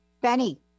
Benny